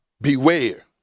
beware